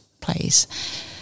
place